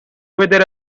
wither